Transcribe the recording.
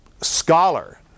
scholar